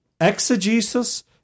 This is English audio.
exegesis